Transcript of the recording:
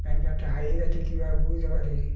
pan কার্ডটা হারিয়ে গিয়েছে কীভাবে বুঝতে পারিনি